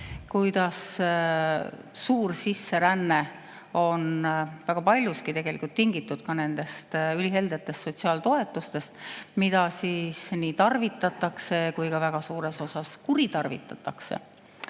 kuidas suur sisseränne on väga paljuski tingitud üliheldetest sotsiaaltoetustest, mida siis nii tarvitatakse kui ka väga suures osas kuritarvitatakse.